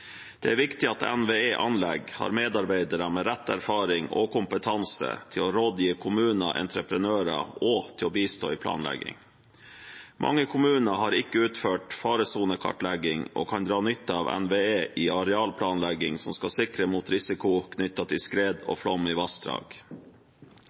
Det er viktig at NVE Anlegg har medarbeidere med rett erfaring og kompetanse til å rådgi kommuner og entreprenører og til å bistå i planlegging. Mange kommuner har ikke utført faresonekartlegging, og kan dra nytte av NVE i arealplanlegging som skal sikre mot risiko knyttet til skred